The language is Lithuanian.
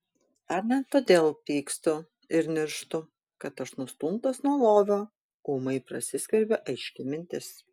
ar ne todėl pykstu ir nirštu kad aš nustumtas nuo lovio ūmai prasiskverbia aiški mintis